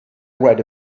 write